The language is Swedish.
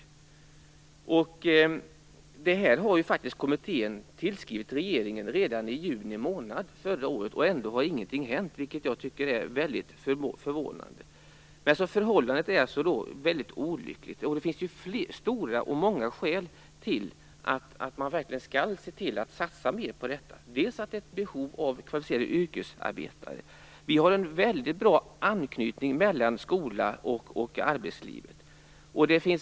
Detta har kommittén tillskrivit regeringen redan i juni månad förra året. Ändå har ingenting hänt, vilket jag tycker är väldigt förvånande. Förhållandet är alltså olyckligt. Det finns många och stora skäl till att satsa mer på Kvalificerad yrkesutbildning, då det finns ett behov av kvalificerade yrkesarbetare. Det finns en väldigt bra anknytning mellan skolan och arbetslivet.